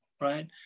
right